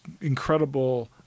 incredible